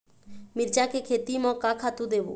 मिरचा के खेती म का खातू देबो?